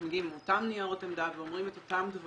מגיעים עם אותם ניירות עמדה ואומרים את אותם דברים.